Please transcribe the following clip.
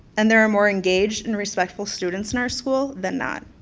and there are more engaged and respectful students in our school than not.